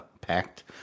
packed